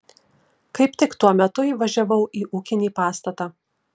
kaip tik tuo metu įvažiavau į ūkinį pastatą